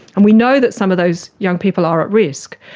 and we know that some of those young people are at risk.